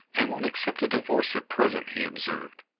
and won't accept a divorce at present, he observed.